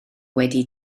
wedi